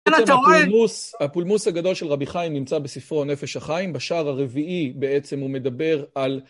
הפולמוס הגדול של רבי חיים נמצא בספרו נפש החיים, בשער הרביעי בעצם הוא מדבר על